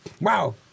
wow